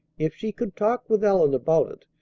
if she could talk with ellen about it,